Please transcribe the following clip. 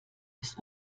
bis